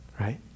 right